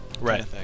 Right